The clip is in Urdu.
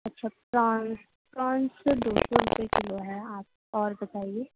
اچھا پرونس پرونس دو سو روپے کیلو ہے آپ اور بتائیے